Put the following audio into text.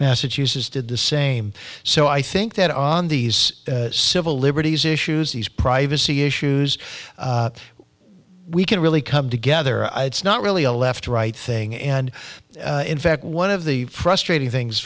massachusetts did the same so i think that on these civil liberties issues these privacy issues we can really come together it's not really a left or right thing and in fact one of the frustrating things